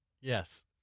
Yes